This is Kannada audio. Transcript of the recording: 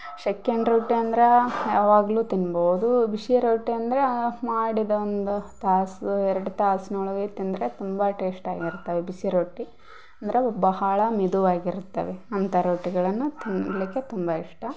ಶೆಕೆಂಡ್ ರೊಟ್ಟಿ ಅಂದ್ರೆ ಯಾವಾಗಲೂ ತಿನ್ಬೋದು ಬಿಸಿ ರೊಟ್ಟಿ ಅಂದ್ರೆ ಮಾಡಿದ ಒಂದು ತಾಸು ಎರಡು ತಾಸಿನ ಒಳಗೆ ತಿಂದರೆ ತುಂಬ ಟೇಸ್ಟಾಗಿರುತ್ತವೆ ಬಿಸಿ ರೊಟ್ಟಿ ಅಂದರೆ ಬಹಳ ಮೆದುವಾಗಿರುತ್ತವೆ ಅಂತ ರೊಟ್ಟಿಗಳನ್ನು ತಿನ್ಲಿಕ್ಕೆ ತುಂಬ ಇಷ್ಟ